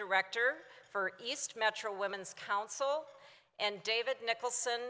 director for east metro women's council and david nicholson